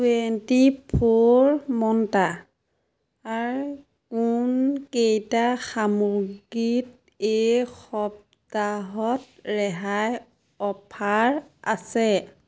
twenty four মন্ত্ৰাৰ কোনকেইটা সামগ্ৰীত এই সপ্তাহত ৰেহাইৰ অফাৰ আছে